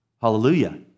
Hallelujah